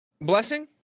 Blessing